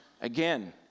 again